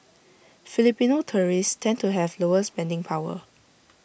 Filipino tourists tend to have lower spending power